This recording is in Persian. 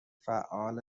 فعال